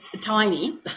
tiny